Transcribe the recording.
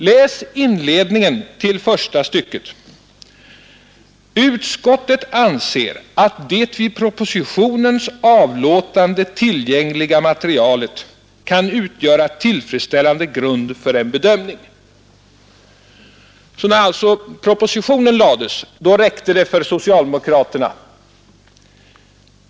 Läs inledningen till första stycket: ”Utskottet anser att det vid propositionens avlåtande tillgängliga materialet kan utgöra tillfredsställande grund för en bedömning.” När propositionen framlades räckte det för socialdemokraterna.